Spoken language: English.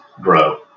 grow